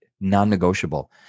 non-negotiable